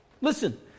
Listen